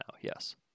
Yes